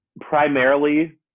Primarily